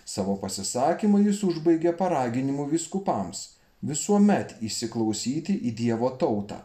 savo pasisakymą jis užbaigė paraginimu vyskupams visuomet įsiklausyti į dievo tautą